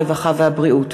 הרווחה והבריאות,